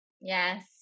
Yes